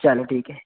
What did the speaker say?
चलो ठीक है